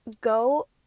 go